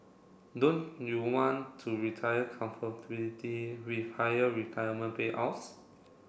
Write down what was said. don't you want to retire with higher retirement payouts